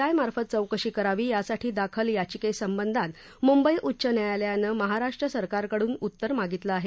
I मार्फत चौकशी करावी यासाठी दाखल याचिकेसंबधात मुंबई उच्च न्यायालयानं महाराष्ट्र सरकारकडून उत्तर मागितलं आहे